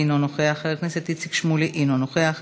אינו נוכח,